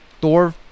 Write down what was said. Thor